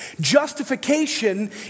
Justification